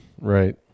Right